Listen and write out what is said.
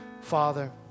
Father